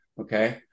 okay